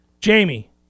Jamie